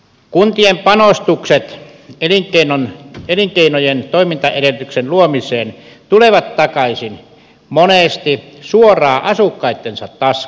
kuntien panostukset elinkeinojen toimintaedellytyksen luomiseen tulevat takaisin monesti suoraan asukkaittensa taskuun